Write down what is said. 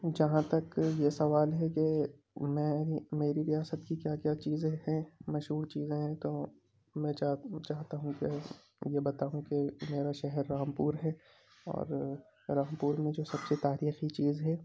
جہاں تک یہ سوال ہے کہ میری میری ریاست کی کیا کیا چیزیں ہیں مشہور چیزیں ہیں تو میں چاہ چاہتا ہوں کہ یہ بتاؤں کہ میرا شہر رامپور ہے اور رامپور میں جو سب سے تاریخی چیز ہے